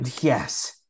Yes